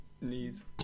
Knees